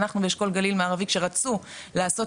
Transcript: אנחנו באשכול גליל מערבי כשרצו לעשות